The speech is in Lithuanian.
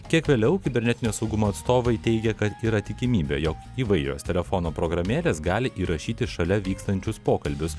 kiek vėliau kibernetinio saugumo atstovai teigia kad yra tikimybė jog įvairios telefono programėlės gali įrašyti šalia vykstančius pokalbius